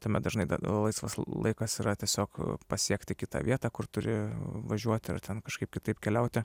tame dažnai dabar laisvas laikas yra tiesiog pasiekti kitą vietą kur turi važiuoti ar ten kažkaip kitaip keliauti